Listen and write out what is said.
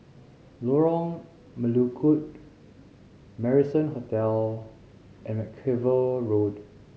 Lorong Melukut Marrison Hotel and Mackerrow Road